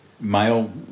male